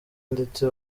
ndetse